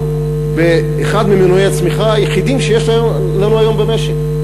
באחד ממנועי הצמיחה היחידים שיש לנו היום במשק.